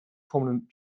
prominent